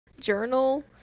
Journal